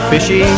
Fishy